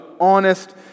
honest